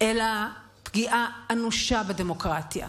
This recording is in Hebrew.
אלא פגיעה אנושה בדמוקרטיה,